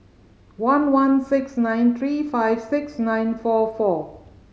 one one six nine three five six nine four four